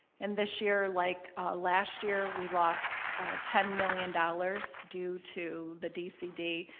and this year, like last year, we lost ten million dollars due to the dcd,